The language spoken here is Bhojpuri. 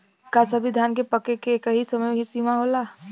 का सभी धान के पके के एकही समय सीमा होला?